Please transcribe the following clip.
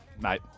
mate